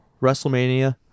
WrestleMania